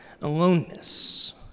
aloneness